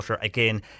Again